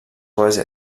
quasi